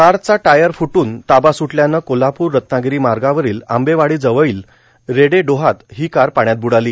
कारचा टायर फुटून ताबा सुटल्यानं कोल्हापूर रत्नागिरी मार्गावरील आंबेवाडीजवळील रेडे डोहात ही कार पाण्यात ब्डाली